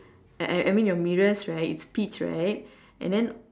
I I I mean your mirrors right it's peach right and then